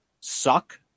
suck